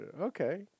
Okay